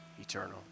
eternal